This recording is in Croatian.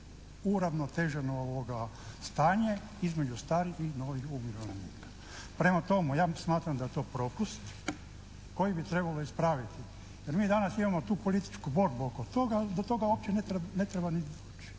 uravnoteženo stanje između starih i novih umirovljenika. Prema tome, ja smatram da je to propust koji bi trebalo ispraviti jer mi danas imamo tu političku borbu oko toga, do toga uopće ne treba niti doći.